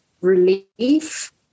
relief